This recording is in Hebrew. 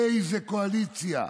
איזה קואליציה.